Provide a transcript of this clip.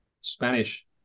Spanish